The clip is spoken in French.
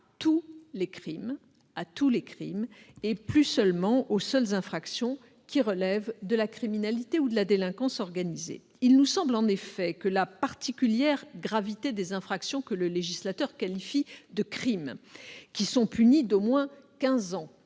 à tous les crimes, et non plus seulement aux seules infractions qui relèvent de la criminalité et de la délinquance organisées. Il nous semble en effet que la particulière gravité des infractions que le législateur qualifie de crimes, et qui sont punies d'au moins quinze